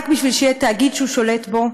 רק בשביל שיהיה תאגיד שהוא שולט בו,